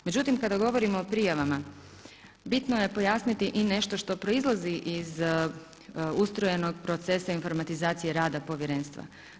Međutim kada govorimo o prijavama bitno je pojasniti i nešto što proizlazi iz ustrojenog procesa informatizacije rada Povjerenstva.